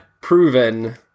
Proven